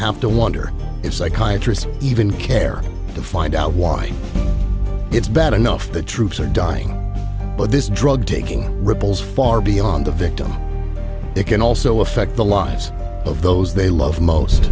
have to wonder if psychiatrists even care to find out why it's bad enough the troops are dying but this drug taking ripples far beyond the victim it can also affect the lives of those they love most